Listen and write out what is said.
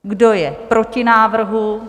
Kdo je proti návrhu?